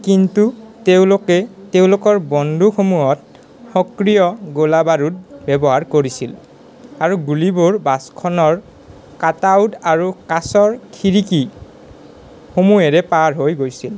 কিন্তু তেওঁলোকে তেওঁলোকৰ বন্দুকসমূহত সক্ৰিয় গোলা বাৰুদ ব্যৱহাৰ কৰিছিল আৰু গুলীবোৰ বাছখনৰ কাটাউট আৰু কাঁচৰ খিৰিকী সমূহেৰে পাৰ হৈ গৈছিল